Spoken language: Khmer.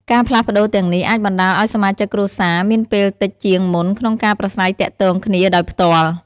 ការផ្លាស់ប្តូរទាំងនេះអាចបណ្ដាលឲ្យសមាជិកគ្រួសារមានពេលតិចជាងមុនក្នុងការប្រាស្រ័យទាក់ទងគ្នាដោយផ្ទាល់។